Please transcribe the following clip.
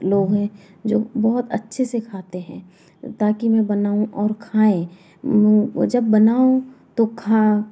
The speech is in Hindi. लोग हैं जो बहुत अच्छे से खाते हैं ताकि मैं बनाऊँ और खाएँ वह जब बनाऊँ तो खा